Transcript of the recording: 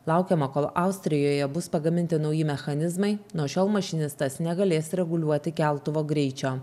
laukiama kol austrijoje bus pagaminti nauji mechanizmai nuo šiol mašinistas negalės reguliuoti keltuvo greičio